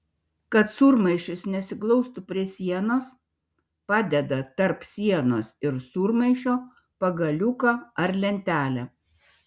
kad sūrmaišis nesiglaustų prie sienos padeda tarp sienos ir sūrmaišio pagaliuką ar lentelę